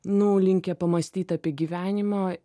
nu linkę pamąstyt apie gyvenimo